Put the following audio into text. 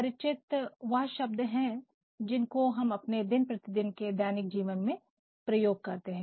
परिचित वह शब्द हैं जिनको हम अपने दिन प्रतिदिन के दैनिक जीवन में प्रयोग करते हैं